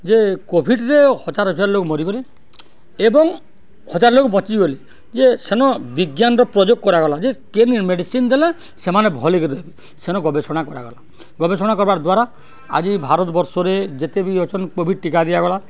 ଯେ କୋଭିଡ଼ରେ ହଜାର ହଜାର ଲୋକ ମରିଗଲେ ଏବଂ ହଜାର ଲୋକ ବଞ୍ଚିଗଲେ ଯେ ସେନ ବିଜ୍ଞାନର ଉପଯୋଗ କରାଗଲା ଯେ କେନ ମେଡ଼ିସିନ ଦେଲେ ସେମାନେ ଭଲକି ରହବେ ସେନ ଗବେଷଣା କରାଗଲା ଗବେଷଣା କରବାର୍ ଦ୍ୱାରା ଆଜି ଭାରତବର୍ଷରେ ଯେତେ ବି ଅଛନ୍ କୋଭିଡ଼ ଟୀକା ଦିଆଗଲା